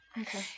Okay